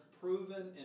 proven